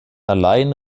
allein